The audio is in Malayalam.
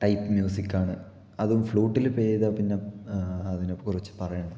ടൈപ്പ് മ്യൂസിക്കാണ് അതും ഫ്ലൂട്ടില് പ്ലേ ചെയ്താൽ പിന്നെ അതിനെക്കുറിച്ച് പറയണോ